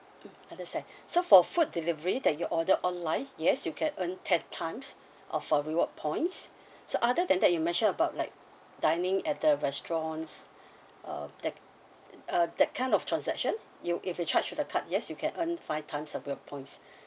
mm understand so for food delivery that you're order online yes you can earn ten times of a reward points so other than that you mentioned about like dining at the restaurants uh that uh that kind of transaction you if you charge to the card yes you can earn five times of reward points